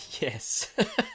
Yes